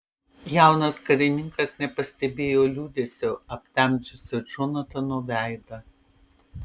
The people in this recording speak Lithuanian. jaunas karininkas nepastebėjo liūdesio aptemdžiusio džonatano veidą